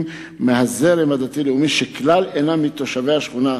מהזרם הדתי-לאומי שכלל אינם תושבי השכונה.